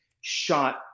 shot